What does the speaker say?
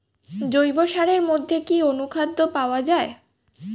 জৈব সারের মধ্যে কি অনুখাদ্য পাওয়া যায়?